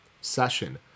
session